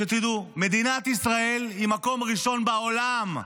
שתדעו: מדינת ישראל היא מקום ראשון בעולם,